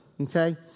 okay